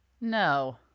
no